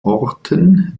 orten